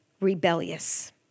rebellious